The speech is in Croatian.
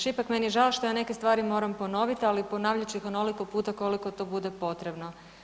Šipek, meni je žao što ja neke stvari moram ponoviti, ali ponavljat ću ih onoliko puta koliko to bude potrebno.